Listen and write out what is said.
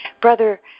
brother